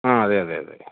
ആ അതെയതെ അതെ